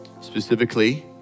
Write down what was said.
specifically